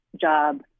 job